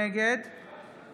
נגד